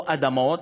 או אדמה,